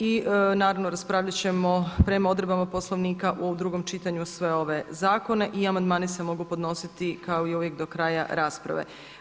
I naravno raspravljat ćemo prema odredbama Poslovnika u drugom čitanju sve ove zakone i amandmani se mogu podnositi kao i uvijek do kraja rasprave.